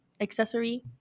accessory